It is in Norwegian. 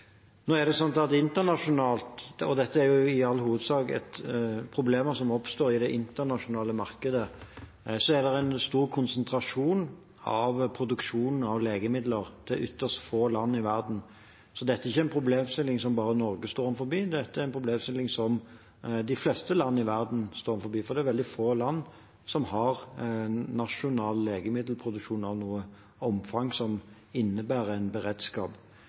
Dette er i all hovedsak problemer som oppstår i det internasjonale markedet. Internasjonalt er produksjonen av legemidler konsentrert til ytterst få land i verden. Så dette er ikke en problemstilling som bare Norge står overfor. Dette er en problemstilling som de fleste land i verden står overfor, for det er veldig få land som har en nasjonal legemiddelproduksjon av et omfang som innebærer en beredskap.